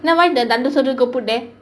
then why the tamil சொல்லு:sollu go put there